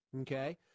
Okay